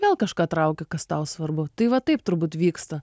vėl kažką trauki kas tau svarbu tai va taip turbūt vyksta